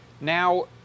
now